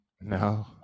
No